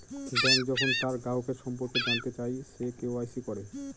bank যখন তার গ্রাহকের সম্পর্কে জানতে চায়, সে কে.ওয়া.ইসি করে